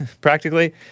practically